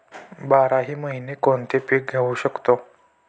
बाराही महिने कोणते पीक घेवू शकतो?